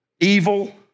evil